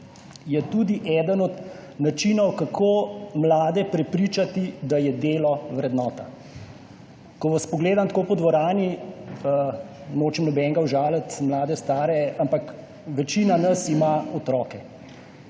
je eden od načinov, kako mlade prepričati, da je delo vrednota. Ko vas tako pogledam po dvorani, nočem nobenega užaliti, mlade, stare, ampak večina nas ima otroke.